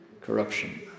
corruption